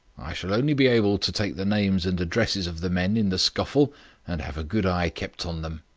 i shall only be able to take the names and addresses of the men in the scuffle and have a good eye kept on them.